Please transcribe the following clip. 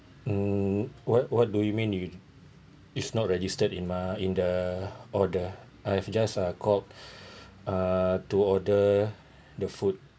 mm what what do you mean you it's not registered in my in the order I have just uh called uh to order the food